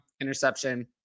interception